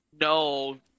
No